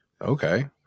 Okay